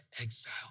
exile